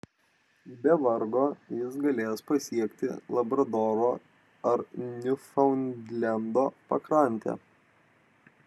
be vargo jis galės pasiekti labradoro ar niufaundlendo pakrantę